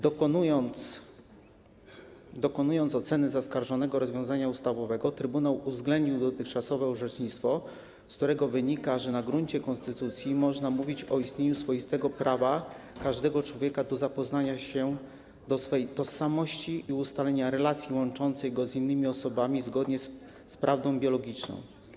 Dokonując oceny zaskarżonego rozwiązania ustawowego, trybunał uwzględnił dotychczasowe orzecznictwo, z którego wynika, że na gruncie konstytucji można mówić o istnieniu swoistego prawa każdego człowieka do poznania swej tożsamości i ustalenia relacji łączącej go z innymi osobami zgodnie z prawdą biologiczną.